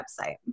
website